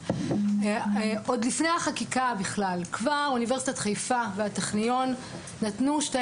עוד לפני החקיקה בכלל כבר אוניברסיטת חיפה והטכניון נתנו שתי